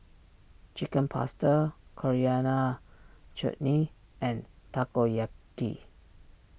Chicken Pasta Coriander Chutney and Takoyaki